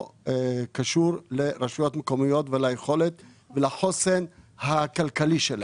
קשור לרשויות מקומיות וליכולת ולחוסן הכלכלי שלהן.